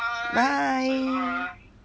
bye